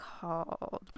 called